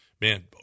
Man